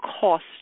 cost